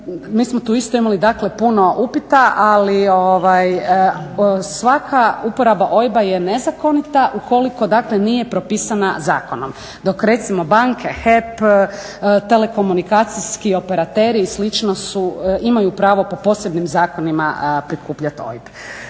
mi smo tu isto imali dakle puno upita, ali svaka uporaba OIB-a je nezakonita ukoliko dakle nije propisana zakonom, dok recimo banke, HEP, telekomunikacijski operateri i slično imaju pravo po posebnim zakonima prikupljat OIB.